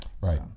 Right